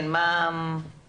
הרי מה הסיפור של ביטוח